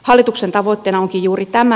hallituksen tavoitteena onkin juuri tämä